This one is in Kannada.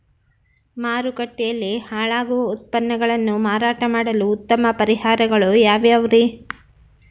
ಮಾರುಕಟ್ಟೆಯಲ್ಲಿ ಹಾಳಾಗುವ ಉತ್ಪನ್ನಗಳನ್ನ ಮಾರಾಟ ಮಾಡಲು ಉತ್ತಮ ಪರಿಹಾರಗಳು ಯಾವ್ಯಾವುರಿ?